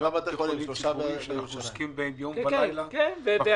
שבעה בתי חולים ציבוריים שאנחנו עוסקים בהם יום ולילה בחודש האחרון.